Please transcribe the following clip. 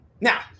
Now